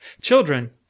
Children